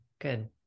good